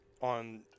on